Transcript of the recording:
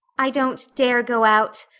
i don't dare go out,